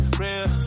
real